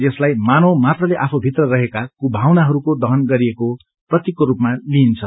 यसलाई मानव मात्रले आफूभित्र रहेका कुभावनाहरूको दहन गरिएको प्रतीकको रूपामा लिइन्छ